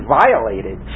violated